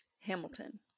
Hamilton